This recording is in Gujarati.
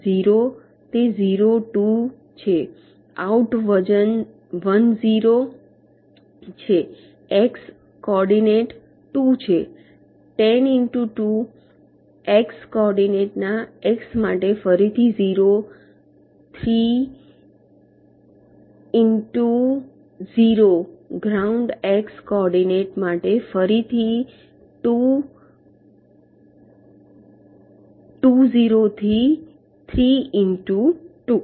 ઝીરો તે ઝીરો ટુ છે આઉટ વજન વન ઝીરો છે એક્સ કોઓર્ડીનેટ ટુ છે ten into two x coordinate ના એક્સ માટે ફરીથી zero three into zero ground x coordinate માટે ફરીથી two two zero three into two